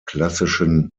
klassischen